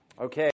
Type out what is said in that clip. Okay